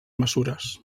mesures